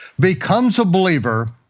becomes a believer,